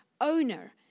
owner